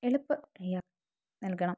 എളുപ്പം തയ്യാറാക്കി നല്കണം